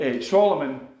Solomon